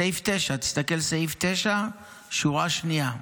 בסעיף 9. תסתכל, סעיף 9, שורה שנייה: